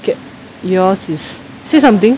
okay yours is say something